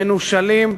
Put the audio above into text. מנושלים,